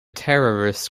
terrorist